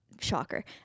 shocker